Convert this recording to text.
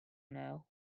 know